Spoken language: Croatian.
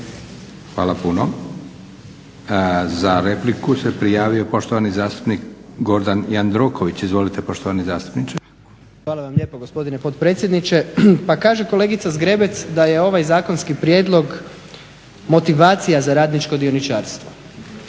Hvala puno. Za repliku se prijavio poštovani zastupnik Gordan Jandroković. Izvolite poštovani zastupniče. **Jandroković, Gordan (HDZ)** Hvala vam lijepo gospodine potpredsjedniče. Pa kaže kolegica Zgrebec da je ovaj zakonski prijedlog motivacija za radničko dioničarstvo.